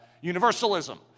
universalism